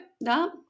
no